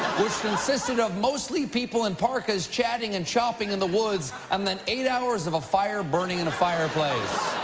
which consisted of mostly people in parkas chatting and chopping in the woods, and then eight hours of a fire burning in a fireplace.